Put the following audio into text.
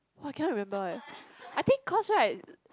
!wah! cannot remember eh I think cause right